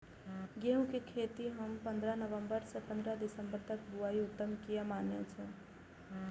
गेहूं के खेती हम पंद्रह नवम्बर से पंद्रह दिसम्बर तक बुआई उत्तम किया माने जी?